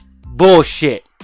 bullshit